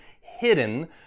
hidden